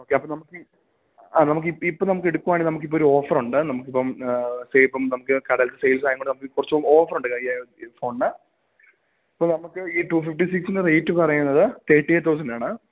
okay അപ്പോള് ഇപ്പോള് നമുക്കെടുക്കുകയാണെങ്കില് നമുക്കൊരു ഓഫറുണ്ട് നമുക്കിപ്പം സേ ഇപ്പം നമുക്ക് കടയിൽ സെയിൽസായതുകൊണ്ട് നമുക്ക് കുറച്ച് ഓഫറുണ്ട് ഈ ഫോണിന് ഇപ്പോള് നമുക്ക് ഈ ടു ഫിഫ്റ്റി സിക്സിൻ്റെ റേറ്റ് പറയുന്നത് തേട്ടി എയിറ്റ് തൌസണ്ടാണ്